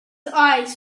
eyes